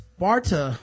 Sparta